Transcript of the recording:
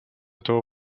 этого